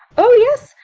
oh, yes!